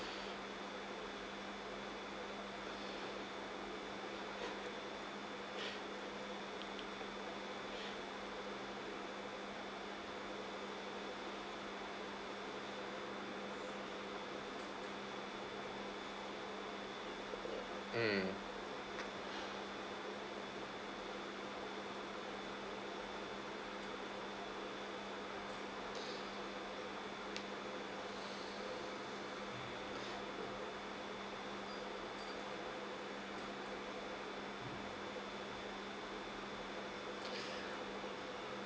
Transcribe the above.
mm